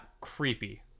creepy